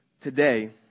today